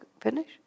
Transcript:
finish